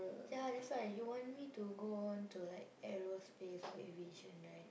ya that's why you want to go on to like aerospace or aviation right